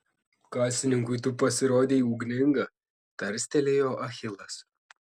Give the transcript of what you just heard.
kasininkui tu pasirodei ugninga tarstelėjo achilas